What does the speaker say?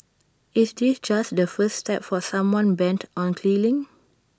is this just the first step for someone bent on killing